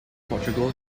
portugal